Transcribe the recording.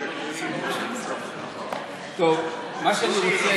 שמשהו מועיל יצא, מוסי,